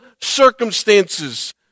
circumstances